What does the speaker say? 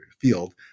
field